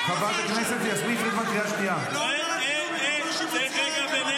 בוארון, למה?